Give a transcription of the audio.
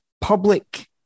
public